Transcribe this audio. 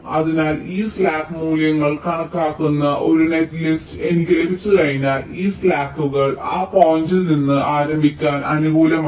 അതിനാൽ ഈ സ്ലാക്ക് മൂല്യങ്ങൾ കണക്കാക്കുന്ന ഒരു നെറ്റ്ലിസ്റ്റ് എനിക്ക് ലഭിച്ചുകഴിഞ്ഞാൽ ഈ സ്ലാക്കുകൾ ആ പോയിന്റിൽ നിന്ന് ആരംഭിക്കാൻ അനുകൂലമാണ്